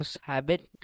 habit